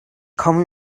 komme